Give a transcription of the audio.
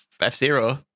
F-Zero